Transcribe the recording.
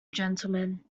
gentlemen